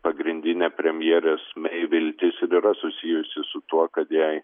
pagrindinė premjerės mei viltis ir yra susijusi su tuo kad jai